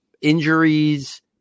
injuries